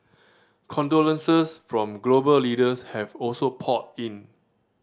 condolences from global leaders have also poured in